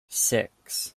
six